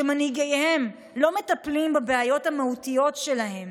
שמנהיגיהם לא מטפלים בבעיות המהותיות שלהם.